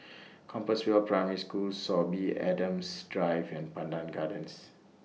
Compassvale Primary School Sorby Adams Drive and Pandan Gardens